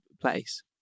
place